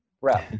rep